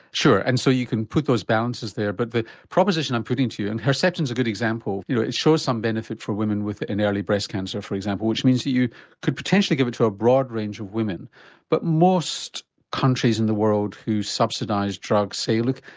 sure, and so you can put those balances there but the proposition i'm putting to you and herceptin is a good example, you know it shows some benefit for women with an early breast cancer for example which means that you could potentially give it to a broad range of women but most countries in the world who subsidise drugs say look,